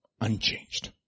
Unchanged